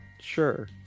Sure